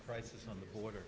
crisis on the border